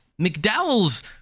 McDowell's